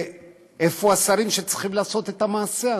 איפה השרים שצריכים לעשות את המעשה הזה?